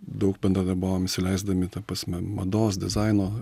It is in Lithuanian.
daug bendradarbavom įsileisdami ta prasme mados dizaino